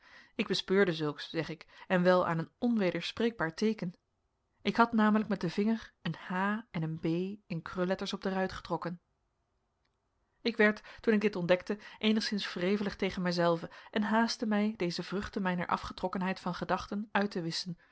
ik bespeurde zulks zeg ik en wel aan een onwederspreekbaar teeken ik had namelijk met den vinger een h en een b in krulletters op de ruit getrokken ik werd toen ik dit ontdekte eenigszins wrevelig tegen mijzelven en haastte mij deze vruchten mijner afgetrokkenheid van gedachten uit te wisschen